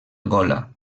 angola